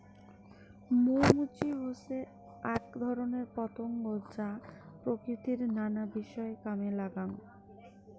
মৌ মুচি হসে আক ধরণের পতঙ্গ যা প্রকৃতির নানা বিষয় কামে লাগাঙ